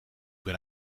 ben